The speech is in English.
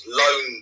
loan